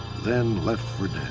then left for